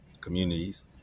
communities